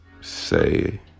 say